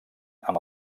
amb